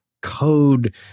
code